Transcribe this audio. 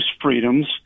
freedoms